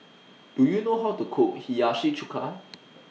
Do YOU know How to Cook Hiyashi Chuka